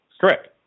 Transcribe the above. Correct